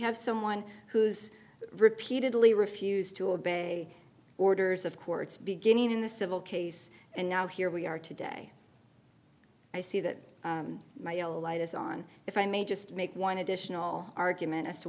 have someone who's repeatedly refused to obey orders of courts beginning in the civil case and now here we are today i see that my yellow light is on if i may just make one additional argument as to